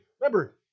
Remember